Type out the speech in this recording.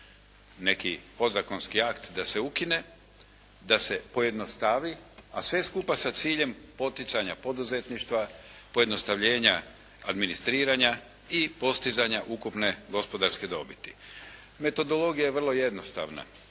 neki podzakonski akt da se ukine, da se pojednostavi, a sve skupa sa ciljem poticanja poduzetništva, pojednostavljenja administriranja i postizanja ukupne gospodarske dobiti. Metodologija je vrlo jednostavna,